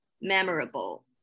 memorable